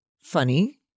funny